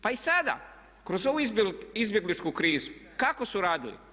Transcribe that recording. Pa i sada kroz ovu izbjegličku krizu kako su radili?